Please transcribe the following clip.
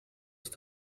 ist